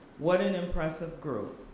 what an impressive group.